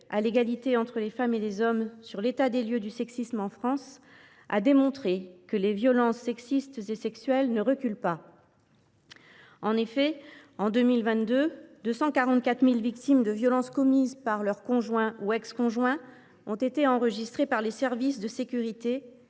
à l’égalité entre les femmes et les hommes (HCE) sur l’état des lieux du sexisme en France démontre que les violences sexistes et sexuelles ne reculent pas. En effet, 244 000 victimes de violences commises par leur conjoint ou ex conjoint ont été enregistrées par les services de sécurité